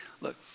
Look